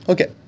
Okay